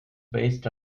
based